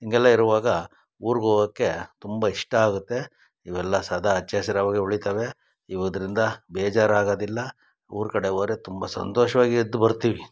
ಹಿಂಗೆಲ್ಲ ಇರುವಾಗ ಊರಿಗೆ ಹೋಗೋಕ್ಕೆ ತುಂಬ ಇಷ್ಟ ಆಗುತ್ತೆ ಇವೆಲ್ಲ ಸದಾ ಹಚ್ಚ ಹಸಿರಾಗೆ ಉಳಿತಾವೆ ಇವುದರಿಂದ ಬೇಜಾರಾಗೋದಿಲ್ಲ ಊರು ಕಡೆ ಹೋದ್ರೆ ತುಂಬ ಸಂತೋಷ್ವಾಗಿ ಇದ್ದು ಬರ್ತೀವಿ